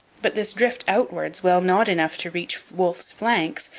but this drift outwards, while not enough to reach wolfe's flanks,